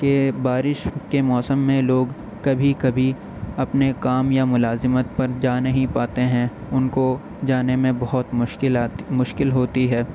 کہ بارش کے موسم میں لوگ کبھی کبھی اپنے کام یا ملازمت پر جا نہیں پاتے ہیں ان کو جانے میں بہت مشکلات مشکل ہوتی ہے